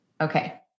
Okay